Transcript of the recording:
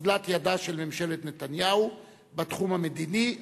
בנושא: אוזלת ידה של ממשלת נתניהו בתחום המדיני,